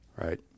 Right